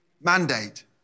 mandate